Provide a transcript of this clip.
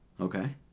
Okay